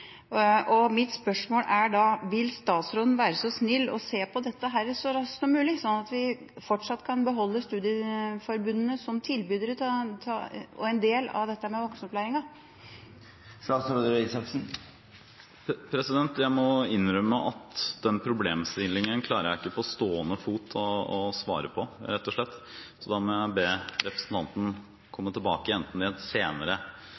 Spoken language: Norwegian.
høyere. Mitt spørsmål er da: Vil statsråden være så snill å se på dette så raskt som mulig, sånn at vi fortsatt kan beholde studieforbundene som tilbydere og som en del av dette med voksenopplæringen? Jeg må innrømme at den problemstillingen klarer jeg ikke på stående fot å svare på, rett og slett. Jeg må be representanten komme tilbake, enten i en spørretime eller gjennom et skriftlig spørsmål, så skal jeg gi et godt svar på det.